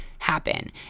happen